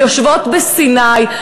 ויושבות בסיני,